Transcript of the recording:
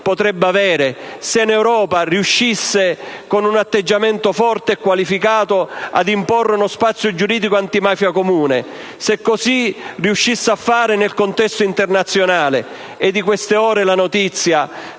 potrebbe avere se in Europa riuscisse ad imporre, con un atteggiamento forte e qualificato, uno spazio giuridico antimafia comune, se così riuscisse a fare nel contesto internazionale. È di queste ore la notizia